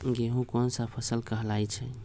गेहूँ कोन सा फसल कहलाई छई?